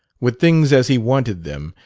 with things as he wanted them,